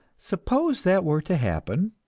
suppose that were to happen,